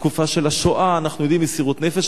בתקופת השואה אנחנו יודעים על מסירות נפש,